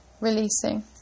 releasing